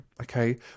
okay